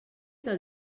del